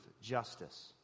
justice